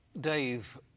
Dave